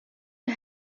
her